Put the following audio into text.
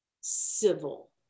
civil